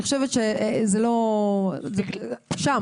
זה שם.